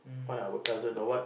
find our cousin or what